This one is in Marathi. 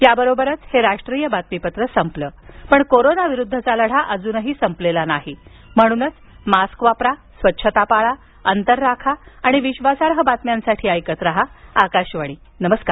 याबरोबरच हे राष्ट्रीय बातमीपत्र संपलं पण कोरोना विरुद्धचा लढा अजून संपलेला नाही म्हणूनच मास्क वापरा स्वच्छता पाळा अंतर राखा आणि विश्वासार्ह बातम्यांसाठी ऐकत रहा आकाशवाणी नमस्कार